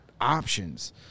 options